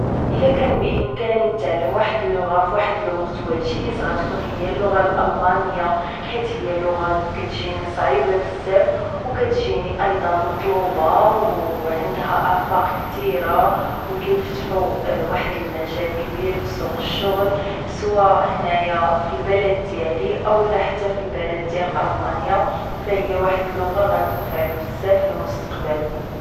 الا كان بإمكاني نتعلم واحدة اللغة فواحد الوقت وجيز غتكون هي اللغة الالمانية حيت هي لغة كتجيني صعيبة بزاف و كتجيني ايضا مطلوبة و عندها أفاق كثيرة و كيفتحو واحد المجال كبير فسوق الشغل سوا هنايا بالبلاد ديالي او لا حتى فالبلد ديال المانيا فهي واحد اللغة غتنفعك بزاف فالمستقبل